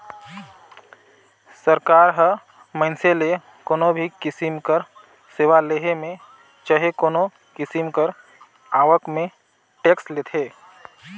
सरकार ह मइनसे ले कोनो भी किसिम कर सेवा लेहे में चहे कोनो किसिम कर आवक में टेक्स लेथे